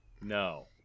No